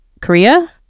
Korea